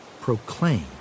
proclaim